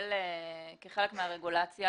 שפועל כחלק מהרגולציה,